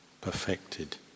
perfected